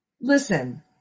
Listen